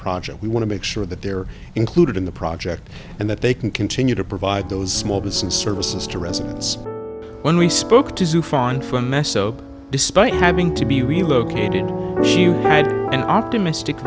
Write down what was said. project we want to make sure that they're included in the project and that they can continue to provide those small business services to residents when we spoke to soufan for meso despite having to be relocated you had an optimistic